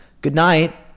goodnight